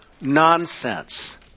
Nonsense